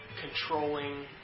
controlling